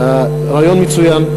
הרעיון מצוין,